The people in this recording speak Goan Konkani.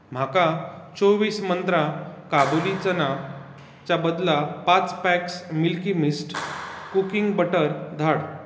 म्हाका चोवीस मंत्रा काबुली चनाचे बदला पांच packs Milky Mist cooking butter धाड